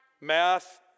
math